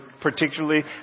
particularly